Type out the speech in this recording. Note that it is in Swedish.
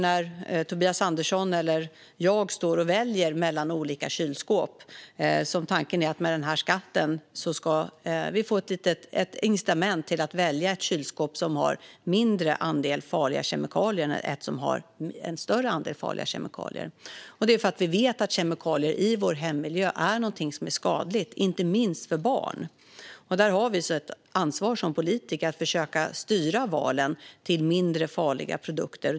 När Tobias Andersson eller jag väljer mellan olika kylskåp är tanken att skatten ska ge ett incitament att välja ett kylskåp som innehåller en mindre andel farliga kemikalier än ett med större andel farliga kemikalier. Vi vet att kemikalier i vår hemmiljö är skadliga, inte minst för barn. Där har vi politiker ett ansvar att försöka styra valen till mindre farliga produkter.